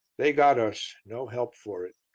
they got us no help for it.